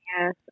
Yes